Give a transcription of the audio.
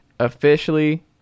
Officially